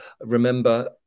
remember